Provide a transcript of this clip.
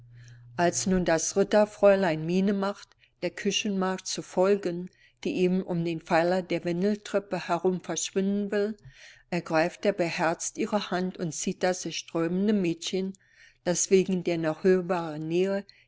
als nun das ritterfräulein miene macht der küchenmagd zu folgen die eben um den pfeiler der wendeltreppe herum verschwinden will ergreift er beherzt ihre hand und zieht das sich sträubende mädchen das wegen der noch